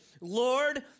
Lord